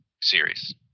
series